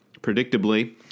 predictably